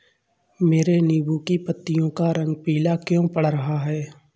मेरे नींबू की पत्तियों का रंग पीला क्यो पड़ रहा है?